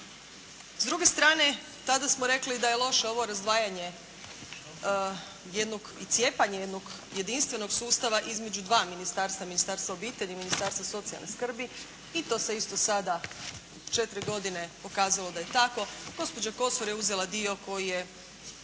S druge strane tada smo rekli da je loše ovo razdvajanje jednog i cijepanje jednog jedinstvenog sustava između dva ministarstva, Ministarstva obitelji i Ministarstva socijalne skrbi i to se isto sada četiri godine pokazalo da je tako. Gospođa Kosor je uzela dio koji je